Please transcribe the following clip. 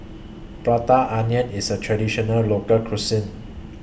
Prata Onion IS A Traditional Local Cuisine